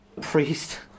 Priest